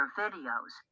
videos